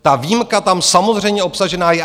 Ta výjimka tam samozřejmě obsažena je.